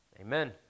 Amen